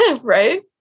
right